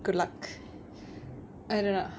good luck I don't know